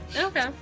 Okay